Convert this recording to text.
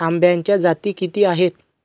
आंब्याच्या जाती किती आहेत?